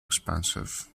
expensive